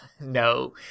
No